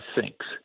sinks